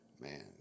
man